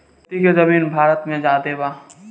खेती के जमीन भारत मे ज्यादे बा